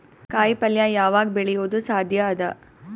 ಕಾಯಿಪಲ್ಯ ಯಾವಗ್ ಬೆಳಿಯೋದು ಸಾಧ್ಯ ಅದ?